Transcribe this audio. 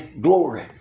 glory